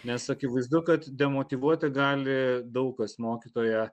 nes akivaizdu kad demotyvuoti gali daug kas mokytoją